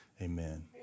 Amen